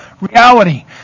reality